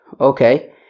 okay